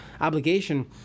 obligation